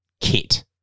kit